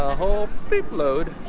ah whole load